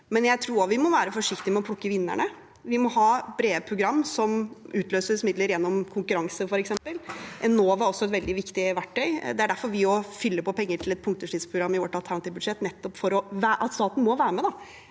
men jeg tror også vi må være forsiktig med å plukke vinnerne. Vi må ha brede program der det f.eks. utløses midler gjennom konkurranse. Enova er også et veldig viktig verktøy. Det er derfor vi fyller på penger til et punktutslippsprogram i vårt alternative budsjett, nettopp fordi staten må være med